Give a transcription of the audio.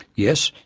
yes.